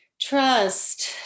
Trust